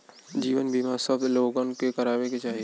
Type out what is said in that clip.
जीवन बीमा सब लोगन के करावे के चाही